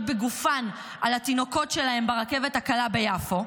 בגופן על התינוקות שלהן ברכבת הקלה ביפו.